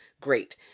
great